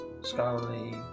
scholarly